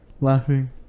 laughing